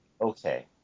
Okay